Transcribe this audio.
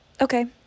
Okay